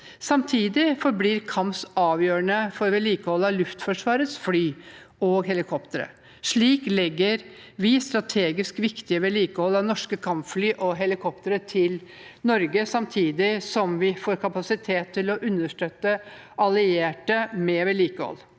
Samtidig forblir KAMS avgjørende for vedlikeholdet av Luftforsvarets fly og helikoptre. Slik legger vi strategisk viktig vedlikehold av norske kampfly og helikoptre til Norge, samtidig som vi får kapasitet til å understøtte allierte med vedlikehold.